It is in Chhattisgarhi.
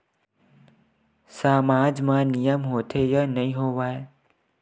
सामाज मा नियम होथे या नहीं हो वाए?